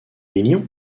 millions